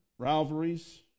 rivalries